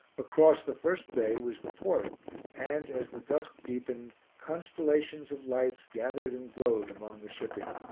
across the first bay was the port and, as the dusk deepened, constellations of lights gathered and glowed among the shipping.